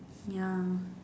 ya